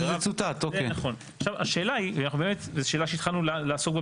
באמת, זו שאלה שהתחלנו לעסוק.